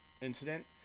incident